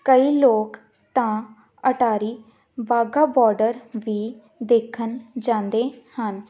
ਕਈ ਲੋਕ ਤਾਂ ਅਟਾਰੀ ਵਾਹਗਾ ਬੋਡਰ ਵੀ ਦੇਖਣ ਜਾਂਦੇ ਹਨ